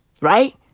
Right